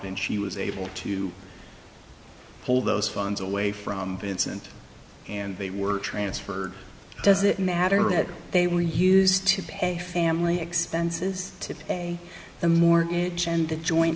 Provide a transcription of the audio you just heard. and she was able to pull those funds away from vincent and they were transferred does it matter that they were used to pay family expenses to pay the mortgage and the joint